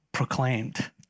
Proclaimed